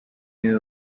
niwe